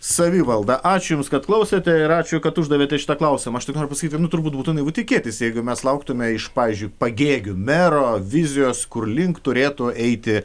savivaldą ačiū jums kad klausėte ir ačiū kad uždavėte šitą klausimą aš tik noriu pasakyti jums turbūt būtų naivu tikėtis jeigu mes lauktumėme iš pavyzdžiui pagėgių mero vizijos ku rlink turėtų eiti